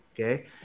Okay